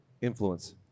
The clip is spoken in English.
Influence